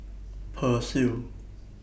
Persil